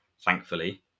thankfully